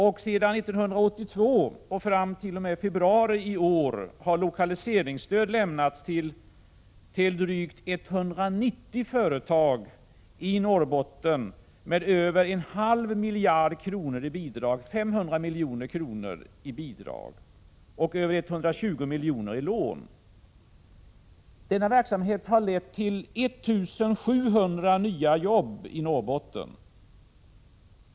Sedan 1982 och fram till februari i år har lokaliseringsstöd lämnats till drygt 190 företag i Norrbotten med över 500 milj.kr. i bidrag och över 120 milj.kr. i lån. Denna verksamhet har lett till 1700 nya jobb i Norrbotten.